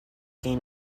gain